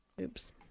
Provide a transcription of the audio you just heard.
Oops